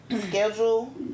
schedule